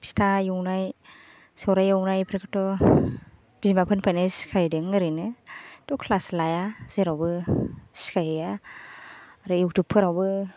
फिथा एवनाय सौराय एवनाय बेफोरखौथ' बिमाफोरनिफ्रायनो सिखायदों ओरैनो थ' क्लास लाया जेरावबो सिखायहैया ओरै युउथुबफोरावबो